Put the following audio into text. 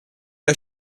ihr